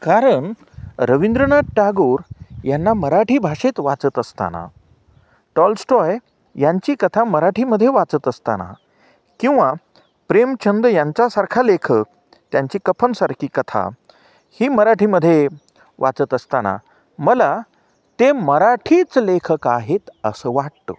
कारण रवींद्रनाथ टागोर यांना मराठी भाषेत वाचत असताना टॉलस्टॉय यांची कथा मराठीमध्ये वाचत असताना किंवा प्रेमचंद यांच्यासारखा लेखक त्यांची कपनसारखी कथा ही मराठीमध्ये वाचत असताना मला ते मराठीच लेखक आहेत असं वाटतं